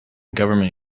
government